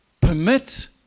permit